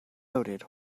voted